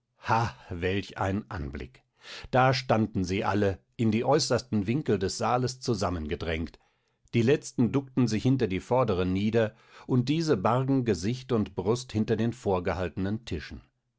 welch ein anblick da standen sie alle in die äußersten winkel des saales zusammengedrängt die letzten duckten sich hinter die vorderen nieder und diese bargen gesicht und brust hinter den vorgehaltenen tischen